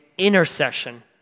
intercession